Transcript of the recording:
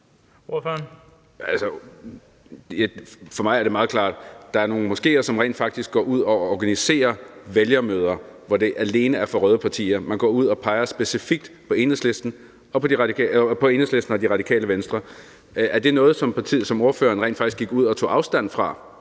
For mig er det meget klart. Der er nogle moskeer, som rent faktisk går ud og organiserer vælgermøder, hvor det alene er for røde partier. Man går ud og peger specifikt på Enhedslisten og Det Radikale Venstre. Var det rent faktisk noget, som ordføreren gik ud og tog afstand fra?